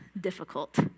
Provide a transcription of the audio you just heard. difficult